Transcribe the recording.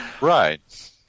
Right